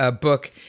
book